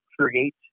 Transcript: create